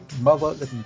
mother